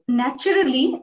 naturally